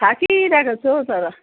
थाकिरहेको छु हौ तर